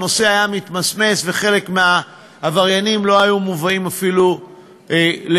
והנושא היה מתמסמס וחלק מהעבריינים לא היו מובאים אפילו לדין.